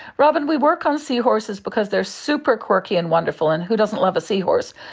robyn, we work on seahorses because they are super quirky and wonderful, and who doesn't love a seahorse,